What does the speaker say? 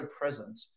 present